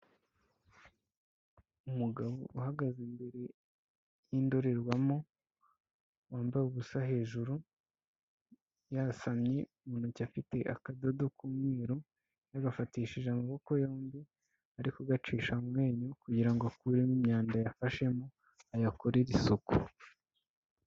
Umugabo uhagaze imbere y'indorerwamo, wambaye ubusa hejuru yasamye, mu ntoki afite akadodo k'umwiru yagafatishije amaboko yombi ari kugacisha mu menyo kugira ngo akuremo imyanda yafashemo ayakorere isuku.